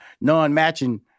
non-matching